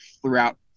throughout